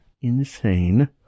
insane